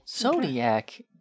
Zodiac